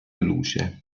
luce